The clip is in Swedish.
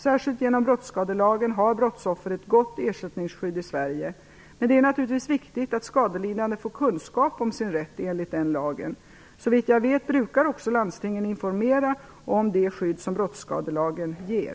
Särskilt genom brottsskadelagen har brottsoffer ett gott ersättningsskydd i Sverige. Men det är naturligtvis viktigt att skadelidande får kunskap om sin rätt enligt den lagen. Såvitt jag vet brukar också landstingen informera om det skydd som brottsskadelagen ger.